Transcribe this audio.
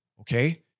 okay